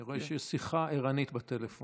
אני רואה שיש שיחה ערנית בטלפון.